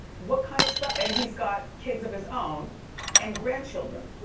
what kind of spou. and he's got kids of his own and grandchildren.